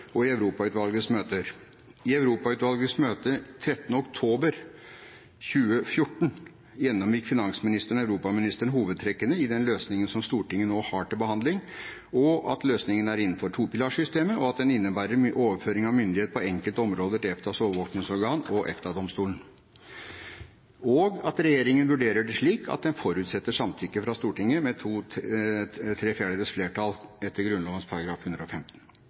og i Europautvalgets møter. I Europautvalgets møte den 13. oktober 2014 gjennomgikk finansministeren og europaministeren hovedtrekkene i den løsningen som Stortinget nå har til behandling, og at løsningen er innenfor topilarsystemet, at den innebærer overføring av myndighet på enkelte områder til EFTAs overvåkingsorgan og EFTA-domstolen, og at regjeringen vurderer det slik at den forutsetter samtykke fra Stortinget med tre fjerdedels flertall etter Grunnloven § 115.